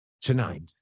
tonight